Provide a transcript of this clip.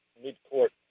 mid-court